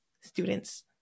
students